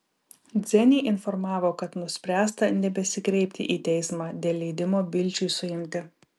dzenį informavo kad nuspręsta nebesikreipti į teismą dėl leidimo bilčiui suimti